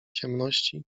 ciemności